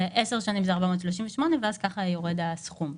10 שנים זה 438 וכך יורד הסכום.